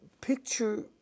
picture